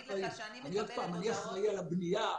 אני אחראי על הבנייה,